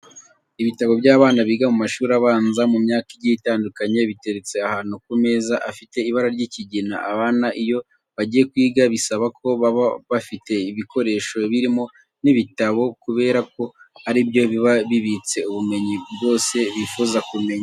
Ibitabo by'abana biga mu mashuri abanza mu myaka igiye itandukanye, biteretse ahantu ku meza afite ibara ry'ikigina. Abana iyo bagiye kwiga bisaba ko baba bafite ibikoresho birimo n'ibitabo kubera ko ari byo biba bibitse ubumenyi bwose bifuza kumenya.